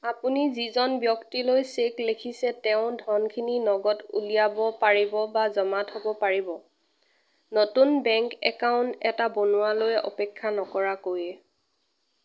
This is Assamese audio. আপুনি যিজন ব্যক্তিলৈ চেক লিখিছে তেওঁ ধনখিনি নগদ উলিয়াব পৰিব বা জমা থ'ব পাৰিব নতুন বেংক একাউণ্ট এটা বনোৱালৈ অপেক্ষা নকৰাকৈয়ে